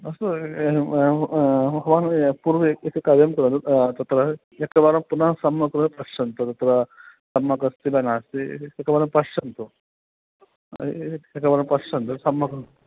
अस्तु भवान् पूर्वं एककार्यं करोतु तत्र एकवारं पुनः सम्यक्तया पश्यन्तु तत्र सम्यगस्ति वा नास्ति एकवारं पश्यन्तु एकवारं पश्यन्तु सम्यक्